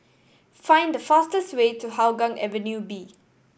find the fastest way to Hougang Avenue B